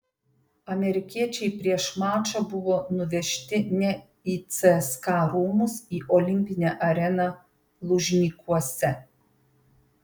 amerikiečiai prieš mačą buvo nuvežti ne į cska rūmus į olimpinę areną lužnikuose